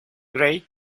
grey